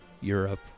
europe